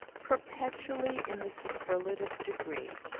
perpetually in the superlative degree.